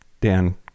dan